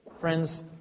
Friends